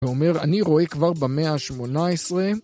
הוא אומר אני רואה כבר במאה השמונה עשרה